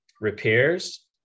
repairs